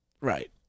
Right